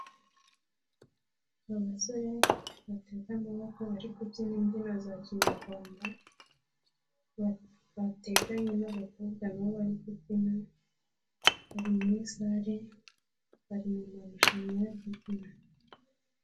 Abasore bateze amaboko bari kubyina imbyino za Kinyarwanda, bateganye n'abakobwa nabo bari kubyina, bari muri sale bari mu marushanwa yo kubyina.